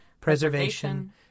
preservation